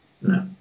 No